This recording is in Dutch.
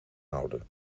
houden